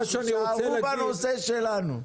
תישארו בנושא שלנו.